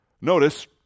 Notice